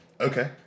Okay